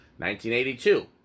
1982